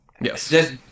Yes